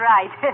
Right